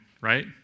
right